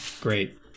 Great